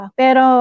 pero